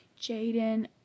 Jaden